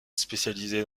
spécialisé